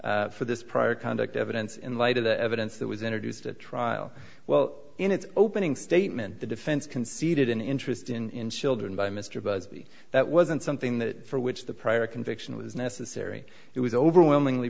to for this prior conduct evidence in light of the evidence that was introduced at trial well in its opening statement the defense conceded an interest in children by mr busby that wasn't something that for which the prior conviction was necessary it was overwhelmingly